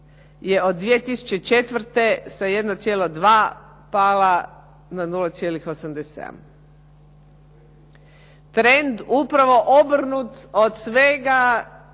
je od 2004. sa 1,2 pala na 0,87. Trend upravo obrnut od svega